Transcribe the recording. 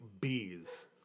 bees